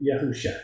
Yahusha